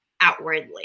outwardly